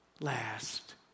last